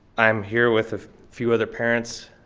i'm here with a few other parents.